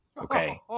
okay